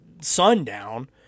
sundown